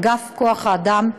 בהוראת קבע של אגף כוח-אדם.